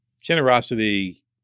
Generosity